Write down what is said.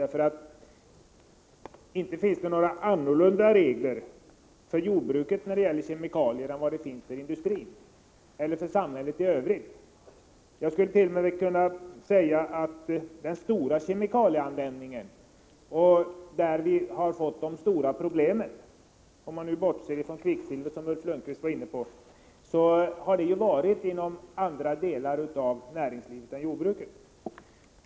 Det finns inte några annorlunda regler för jordbruket beträffande kemikalier än för industrin eller samhället i övrigt. Man skulle t.o.m. kunna säga att den stora kemikalieanvändningen, där vi har fått se de stora problemen — om vi nu bortser från kvicksilvret, som Ulf Lönnqvist var inne på — har gällt andra delar av näringslivet än jordbruket.